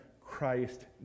Christ